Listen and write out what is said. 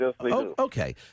Okay